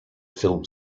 film